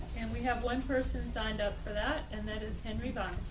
and we have one person signed up for that and that is henry been